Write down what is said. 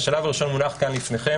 השלב הראשון מונח פה לפניכם.